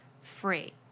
free